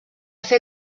fer